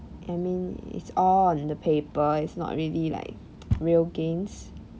I mean it's all on the paper it's not really like real gains